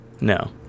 No